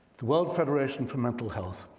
the world federation for mental health,